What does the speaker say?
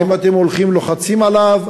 האם אתם הולכים ולוחצים עליו?